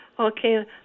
Okay